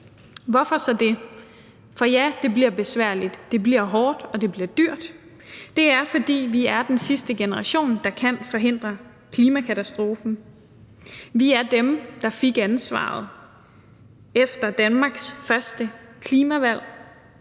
hvorfor så det? For ja, det bliver besværligt, det bliver hårdt, og det bliver dyrt. Det er, fordi vi er den sidste generation, der kan forhindre klimakatastrofen. Vi er dem, der fik ansvaret efter Danmarks første klimavalg,